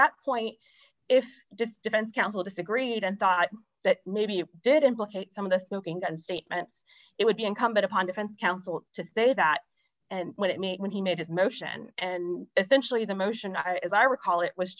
that point if defense counsel disagreed and thought that maybe it did implicate some of the smoking gun statements it would be incumbent upon defense counsel to say that and what it means when he made his motion and essentially the motion i as i recall it was